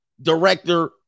Director